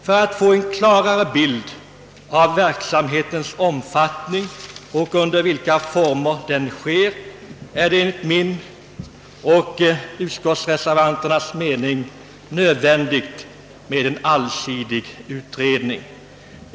För att få en klarare bild av verksamhetens omfattning och av de former under vilka den äger rum är det enligt min och utskottsreservanternas mening nödvändigt med en allsidig utredning.